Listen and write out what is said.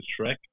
Shrek